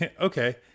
okay